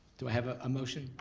do i have a motion?